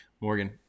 morgan